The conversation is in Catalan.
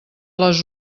les